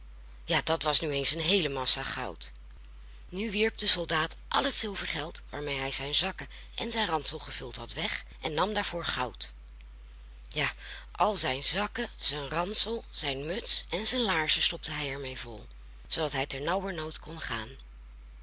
ja dat was nu eens een heele massa goud nu wierp de soldaat al het zilvergeld waarmee hij zijn zakken en zijn ransel gevuld had weg en nam daarvoor goud ja al zijn zakken zijn ransel zijn muts en zijn laarzen stopte hij daarmee vol zoodat hij tenauwernood kon gaan